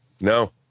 No